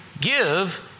Give